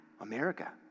America